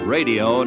Radio